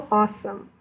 awesome